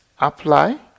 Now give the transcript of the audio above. apply